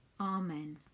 Amen